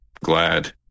glad